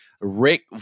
Rick